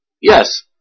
yes